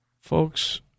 Folks